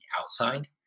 outside